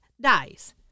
dies